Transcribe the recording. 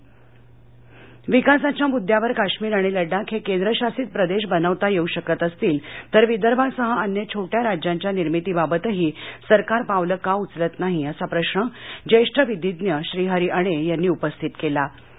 अणे विकासाच्या मुदद्दावर काश्मीर आणि लद्दाख हे केंद्रशासित प्रदेश बनवता येऊ शकत असतील तर विदर्भासह अन्य छोट्या राज्याच्या निर्मितीबाबतही सरकार पावलं का उचलत नाही असा प्रश्न ज्येष्ठ विधिज्ञ श्रीहरी अणे यांनी उपस्थित केला आहे